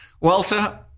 Walter